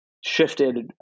shifted